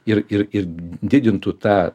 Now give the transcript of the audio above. ir ir didintų tą